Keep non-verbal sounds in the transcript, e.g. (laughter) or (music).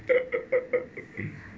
(laughs)